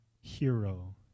hero